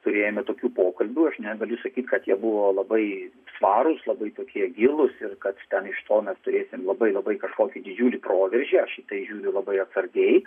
turėjome tokių pokalbių aš negaliu sakyt kad jie buvo labai svarūs labai tokie gilūs ir kad ten iš to mes turėsim labai labai kažkokį didžiulį proveržį aš į tai žiūriu labai atsargiai